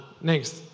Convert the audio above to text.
next